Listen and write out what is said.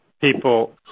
people